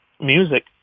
music